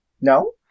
No